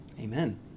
Amen